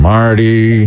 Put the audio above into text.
Marty